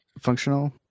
functional